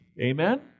amen